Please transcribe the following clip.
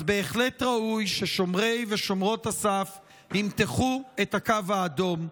אז בהחלט ראוי ששומרי ושומרות הסף ימתחו את הקו האדום.